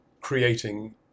creating